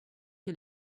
que